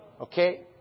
Okay